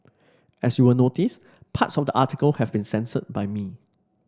as you will notice parts of the article have been censored by me